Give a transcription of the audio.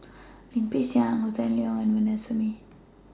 Lim Peng Siang Hossan Leong and Vanessa Mae